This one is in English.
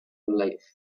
live